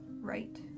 right